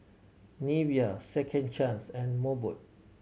Nivea Second Chance and Mobot